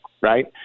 right